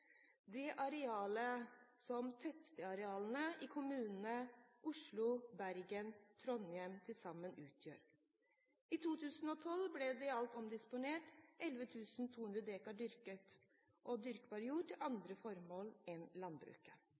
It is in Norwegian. det tettstedsarealene i kommunene Oslo, Bergen og Trondheim til sammen utgjør. I 2012 ble det i alt omdisponert 11 200 dekar dyrket og dyrkbar jord til andre formål enn